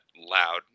loud